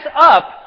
up